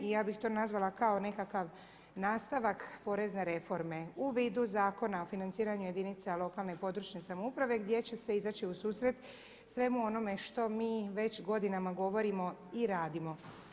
I ja bih to nazvala kao nekakav nastavak porezne reforme u vidu Zakona o financiranju jedinica lokalne i područne samouprave gdje će se izaći u susret svemu onome što mi već godinama govorimo i radimo.